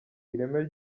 ireme